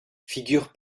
figure